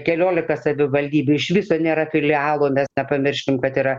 keliolika savivaldybių iš viso nėra filialo mes nepamirškim kad yra